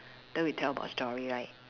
then we tell about story right